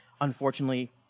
unfortunately